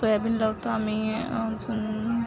soybean लावतो आम्ही अजून